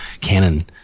Canon